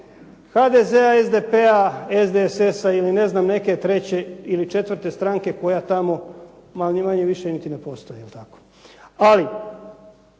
HDZ-a, SDP-a, SDSS-a ili ne znam neke treće ili četvrte stranke koja tamo ni manje niti ne postoji. Jel'